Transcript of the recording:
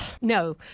No